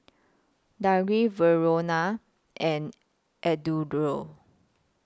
Dagny Verona and Eduardo